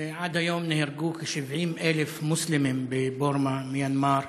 עד היום נהרגו כ-70,000 מוסלמים בבורמה, מיאנמר,